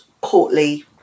courtly